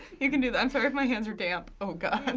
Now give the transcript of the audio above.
you can do that. i'm sorry if my hands are damp. oh god.